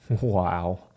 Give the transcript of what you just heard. Wow